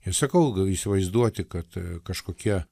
ir sakau gal įsivaizduoti kad kažkokia